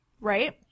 right